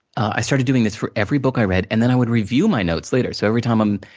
i started doing this for every book i read. and then, i would review my notes later. so, every time i'm,